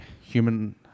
human